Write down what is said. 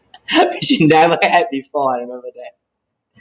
which you never had before I remember that